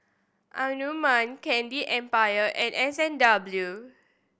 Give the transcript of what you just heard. Anmum Candy Empire and S and W